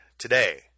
today